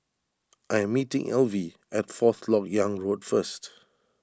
I am meeting Elvie at Fourth Lok Yang Road first